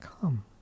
come